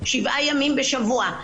שבעה ימים בשבוע.